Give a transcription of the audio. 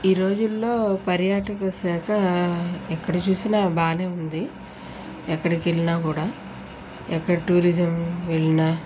ఈ రోజుల్లో పర్యాటక శాఖా ఎక్కడ చూసినా బాగానే ఉంది ఎక్కడకి వెళ్ళినా కూడా ఎక్కడ టూరిజం వెళ్ళినా